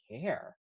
care